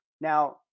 Now